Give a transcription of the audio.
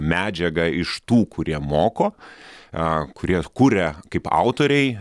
medžiagą iš tų kurie moko a kurie kuria kaip autoriai